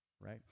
right